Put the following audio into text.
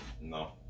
No